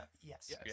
Yes